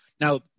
Now